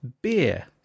beer